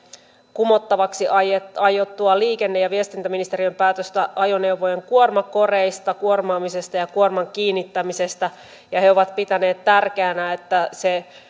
kumottavaksi aiottua aiottua liikenne ja viestintäministeriön päätöstä ajoneuvojen kuormakoreista kuormaamisesta ja kuorman kiinnittämisestä he ovat pitäneet tärkeänä että se